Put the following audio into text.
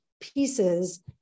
pieces